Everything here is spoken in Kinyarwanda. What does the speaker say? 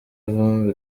vumbi